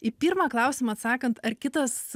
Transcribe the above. į pirmą klausimą atsakant ar kitas